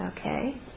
Okay